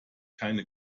keine